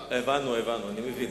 היושבת-ראש,